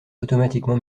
automatiquement